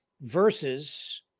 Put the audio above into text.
versus